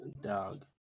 Dog